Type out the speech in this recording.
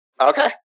Okay